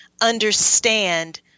understand